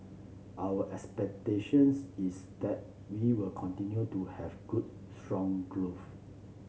our expectations is that we will continue to have good strong growth